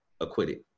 acquitted